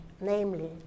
namely